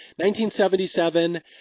1977